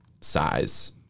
size